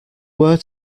were